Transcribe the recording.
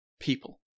people